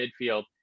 midfield